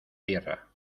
tierra